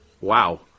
Wow